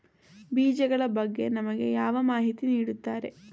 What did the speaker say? ಬೀಜಗಳ ಬಗ್ಗೆ ನಮಗೆ ಯಾರು ಮಾಹಿತಿ ನೀಡುತ್ತಾರೆ?